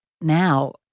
now